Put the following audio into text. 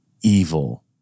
Evil